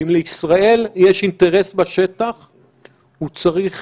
ואם לישראל יש אינטרס בשטח הוא צריך